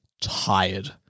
tired